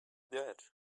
that